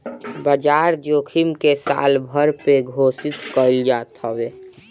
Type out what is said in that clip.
बाजार जोखिम के सालभर पे घोषित कईल जात हवे